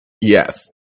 Yes